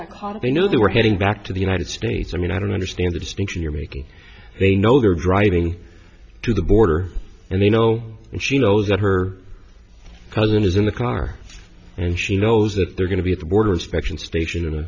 caught they know they were heading back to the united states i mean i don't understand the distinction you're making they know they're driving to the border and they know and she knows that her cousin is in the car and she knows that they're going to be at the border expection station